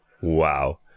Wow